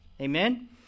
Amen